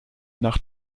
nach